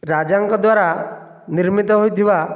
ରାଜାଙ୍କ ଦ୍ଵାରା ନିର୍ମିତ ହୋଇଥିବା